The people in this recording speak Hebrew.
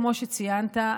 כמו שציינת,